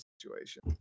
situation